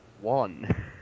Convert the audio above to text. one